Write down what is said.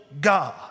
God